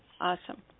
awesome